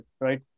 right